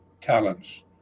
talents